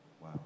Wow